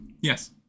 Yes